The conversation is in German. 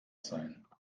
sein